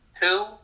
two